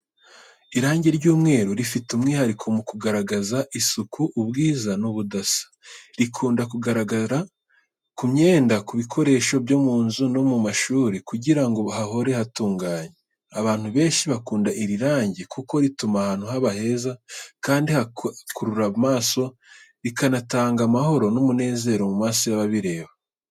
Irangi ry’umweru rifite umwihariko mu kugaragaza isuku, ubwiza n'ubudasa. Rikunda kugaragara ku myenda, ku bikoresho byo mu nzu no mu mashuri kugira ngo hahore hatunganye. Abantu benshi bakunda iri rangi, kuko rituma ahantu haba heza kandi hakurura amaso, rikanatanga amahoro n’umunezero mu maso y’ababireba.